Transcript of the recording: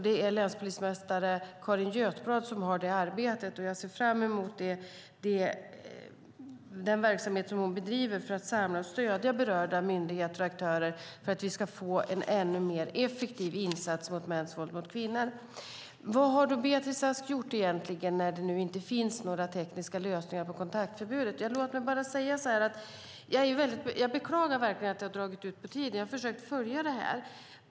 Det är länspolismästare Carin Götblad som har detta arbete, och jag ser fram emot den verksamhet hon bedriver för att samla och stödja berörda myndigheter och aktörer för att vi ska få en ännu mer effektiv insats mot mäns våld mot kvinnor. Vad har då Beatrice Ask egentligen gjort när det nu inte finns några tekniska lösningar på kontaktförbudet? Låt mig bara säga att jag verkligen beklagar att det har dragit ut på tiden. Jag har försökt följa detta.